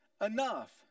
enough